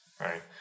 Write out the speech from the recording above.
right